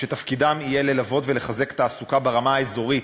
שתפקידם יהיה ללוות ולחזק תעסוקה ברמה האזורית,